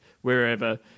wherever